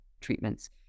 treatments